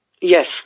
Yes